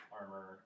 armor